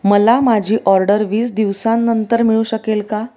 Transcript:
मला माझी ऑर्डर वीस दिवसांनंतर मिळू शकेल का